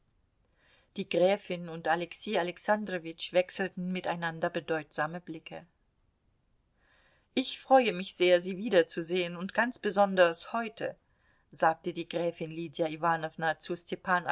die gräfin und alexei alexandrowitsch wechselten miteinander bedeutsame blicke ich freue mich sehr sie wiederzusehen und ganz besonders heute sagte die gräfin lydia iwanowna zu